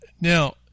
Now